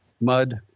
mud